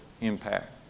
impact